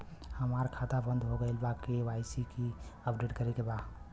हमार खाता बंद हो गईल ह के.वाइ.सी अपडेट करे के बा?